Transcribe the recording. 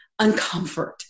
uncomfort